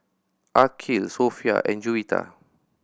Aqil Sofea and Juwita